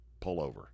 pullover